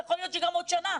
ויכול להיות שגם בעוד שנה.